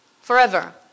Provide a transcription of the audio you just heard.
forever